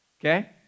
Okay